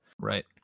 right